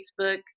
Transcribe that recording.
Facebook